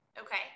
Okay